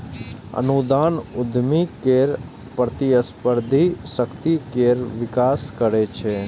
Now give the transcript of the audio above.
अनुदान उद्यमी केर प्रतिस्पर्धी शक्ति केर विकास करै छै